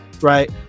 Right